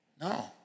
No